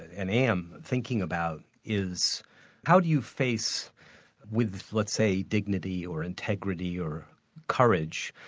and am, thinking about, is how do you face with let's say dignity or integrity or courage,